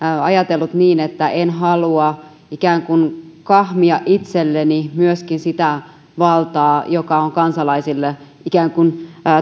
ajatellut niin että en halua ikään kuin kahmia itselleni myöskin sitä valtaa joka on kansalaisille annettu ikään kuin